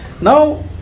Now